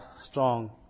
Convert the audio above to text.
strong